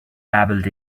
babbled